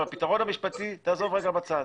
הפתרון המשפטי, תעזוב רגע בצד.